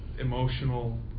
emotional